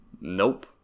Nope